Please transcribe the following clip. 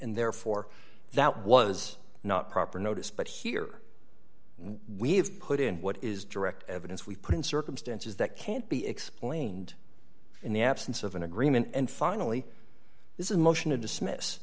and therefore that was not proper notice but here we have put in what is direct evidence we put in circumstances that can't be explained in the absence of an agreement and finally this in motion to dismiss